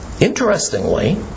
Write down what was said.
interestingly